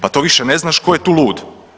Pa to više ne znaš ko je tu lud.